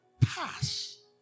pass